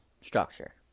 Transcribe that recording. structure